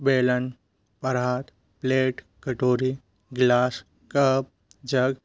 बेलन परात प्लेट कटोरी गिलास कप जग